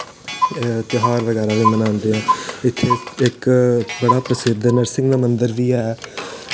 ध्यार बगैरा बी बनांदे ऐं उत्थें इक बड़ा प्रसिध्द नरसिंग दा मन्दर बी ऐ